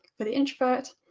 for the introvert,